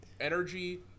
energy